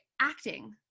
acting